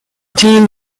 team